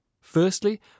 Firstly